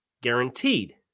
guaranteed